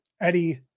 Eddie